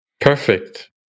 Perfect